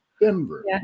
Denver